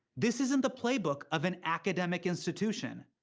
this isn't the playbook of an academic institution.